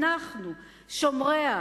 אנחנו שומריה,